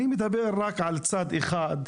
אני מדבר רק על צד אחד,